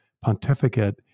pontificate